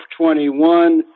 21